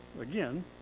again